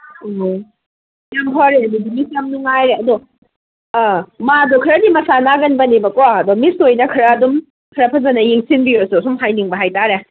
ꯑꯣ ꯌꯥꯝ ꯐꯔꯦ ꯑꯗꯨꯗꯤ ꯃꯤꯁ ꯌꯥꯝ ꯅꯨꯉꯥꯏꯔꯦ ꯑꯗꯣ ꯑ ꯃꯥꯗ ꯈꯔꯗꯤ ꯃꯁꯥ ꯅꯥꯒꯟꯕꯅꯦꯕꯀꯣ ꯑꯗꯣ ꯃꯤꯁ ꯈꯣꯏꯟ ꯈꯔ ꯑꯗꯨꯝ ꯈꯔ ꯐꯖꯅ ꯌꯦꯡꯁꯤꯟꯕꯤꯔꯣꯁꯨ ꯑꯁꯨꯝ ꯍꯥꯏꯅꯤꯡꯕ ꯍꯥꯏꯇꯥꯔꯦ